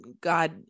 God